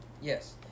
yes